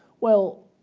well,